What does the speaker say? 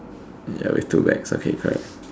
ya with two bags okay correct